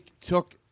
took